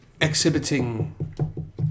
exhibiting